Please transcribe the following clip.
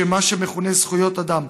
בשם מה שמכונה "זכויות אדם",